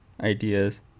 ideas